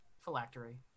Phylactery